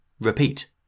repeat